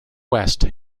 west